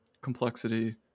complexity